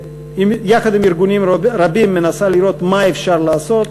שיחד עם ארגונים רבים מנסה לראות מה אפשר לעשות.